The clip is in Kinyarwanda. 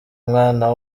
mwana